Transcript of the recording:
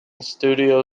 studio